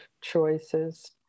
choices